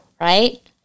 right